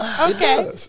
Okay